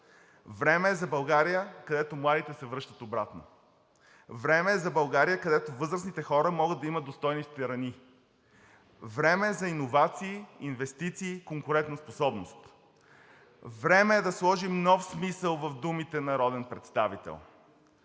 Време е за България, където младите се връщат обратно. Време е за България, където възрастните хора могат да имат достойни старини. Време е за иновации, инвестиции, конкурентоспособност. Време е да сложим нов смисъл в думите народен представител.